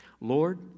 Lord